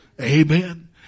Amen